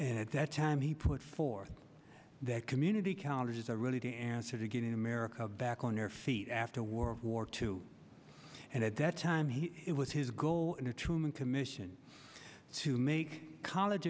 at that time he put forth that community colleges are really to answer to getting america back on their feet after world war two and at that time he it was his goal in the truman commission to make college